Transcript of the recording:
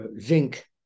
zinc